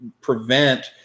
prevent